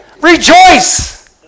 Rejoice